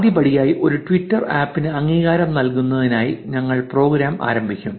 ആദ്യപടിയായി ഒരു ട്വിറ്റർ ആപ്പിന് അംഗീകാരം നൽകുന്നതിനായി ഞങ്ങൾ പ്രോഗ്രാം ആരംഭിക്കും